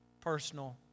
personal